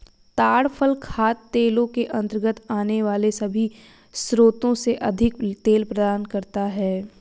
ताड़ फल खाद्य तेलों के अंतर्गत आने वाले सभी स्रोतों से अधिक तेल प्रदान करता है